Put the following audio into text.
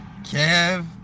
Kev